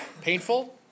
Painful